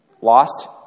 Lost